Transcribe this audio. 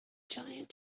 giant